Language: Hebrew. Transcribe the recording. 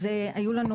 היו לנו